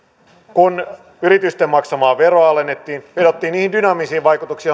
kun yritysten maksamaa veroa alennettiin vedottiin niihin dynaamisiin vaikutuksiin